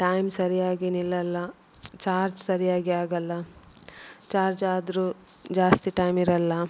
time ಸರಿಯಾಗಿ ನಿಲ್ಲಲ್ಲ charge ಸರಿಯಾಗಿ ಆಗಲ್ಲ ಚಾರ್ಜ್ ಆದರೂ ಜಾಸ್ತಿ ಟೈಮ್ ಇರಲ್ಲ